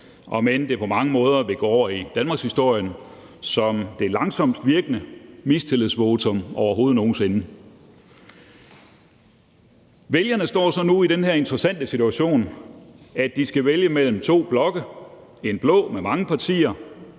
om end det på mange måder vil gå over i danmarkshistorien som det langsomst virkende mistillidsvotum nogen sinde. Vælgerne står så nu i den interessante situation, at de skal vælge imellem to blokke. Der er en blå blok med mange partier,